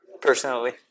personally